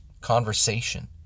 conversation